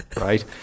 Right